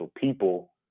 people